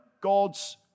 God's